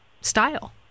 style